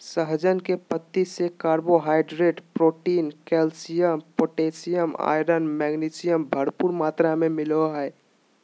सहजन के पत्ती से carbohydrate, protein, calcium, potassium, iron, magnesium, भरपूर मात्रा में मिलो हइ